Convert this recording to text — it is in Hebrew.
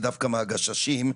דווקא מהגששים,